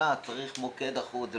צריך מוקד אחוד.